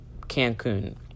Cancun